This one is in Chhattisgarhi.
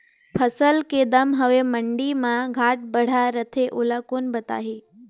फसल के दम हवे मंडी मा घाट बढ़ा रथे ओला कोन बताही?